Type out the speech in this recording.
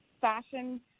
fashion